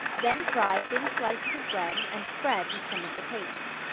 then fry thin slices of bread and spread with some of the paste.